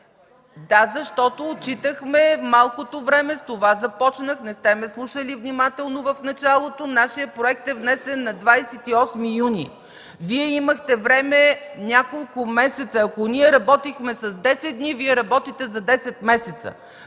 Да, защото отчитахме малкото време. С това започнах, не сте ме слушали внимателно в началото. Нашият проект е внесен на 28 юни, Вие имахте време няколко месеца. Ако ние работихме за 10 дни, Вие работите за 10 месеца.